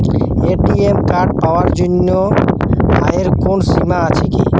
ATM card পাওয়ার জন্য আয়ের কোনো সীমা আছে কি?